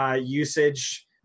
usage